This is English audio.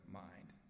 mind